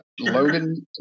Logan